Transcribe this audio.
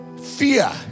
fear